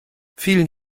vielen